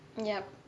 yup